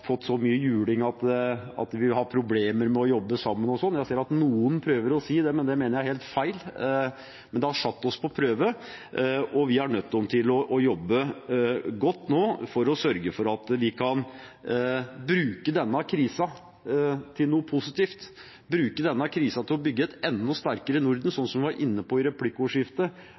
fått så mye juling at vi vil ha problemer med å jobbe sammen. Jeg ser at noen prøver å si det, men det mener jeg er helt feil. Det har satt oss på prøve, og vi er nødt til å jobbe godt nå for å sørge for at vi kan bruke denne krisen til noe positivt, bruke denne krisen til å bygge et enda sterkere Norden. Vi var inne på det i replikkordskiftet: